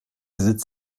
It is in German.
sitz